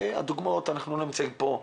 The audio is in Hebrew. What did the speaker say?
ואנחנו שמענו כאן